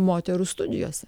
moterų studijose